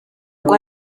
ngo